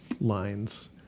lines